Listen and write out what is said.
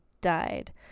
died